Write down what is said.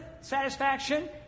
satisfaction